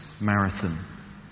Marathon